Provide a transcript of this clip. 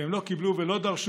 והם לא קיבלו ולא דרשו,